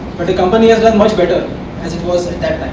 the company has done much better as it was